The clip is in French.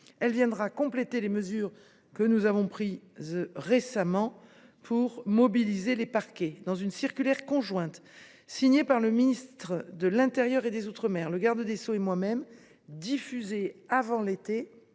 Elle viendra compléter les mesures que nous avons prises récemment pour mobiliser les parquets. Dans une circulaire conjointe signée par le ministre de l’intérieur et des outre mer, le garde des sceaux et moi même, diffusée avant l’été,